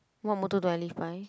what motto do I live by